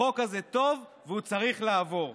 החוק הזה טוב והוא צריך לעבור.